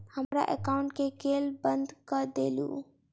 हमरा एकाउंट केँ केल बंद कऽ देलु?